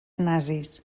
nazis